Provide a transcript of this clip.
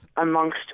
amongst